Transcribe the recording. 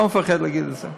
לא מפחד להגיד את זה.